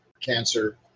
cancer